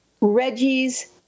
Reggie's